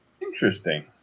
Interesting